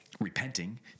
repenting